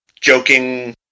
joking